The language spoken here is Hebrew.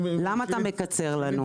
למה אתה מקצר לנו?